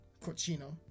Cochino